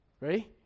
Ready